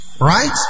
right